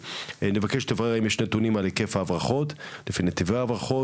נבקש לברר האם יש נתונים על היקף הברחות לפי נתיבי הברחות,